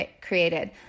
created